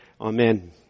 Amen